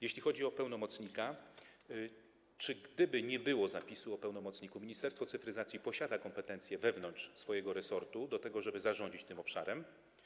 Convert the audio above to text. Jeśli chodzi o pełnomocnika, to czy gdyby nie było zapisu o pełnomocniku, Ministerstwo Cyfryzacji posiadałoby kompetencje wewnątrz swojego resortu do tego, żeby zarządzić tym obszarem?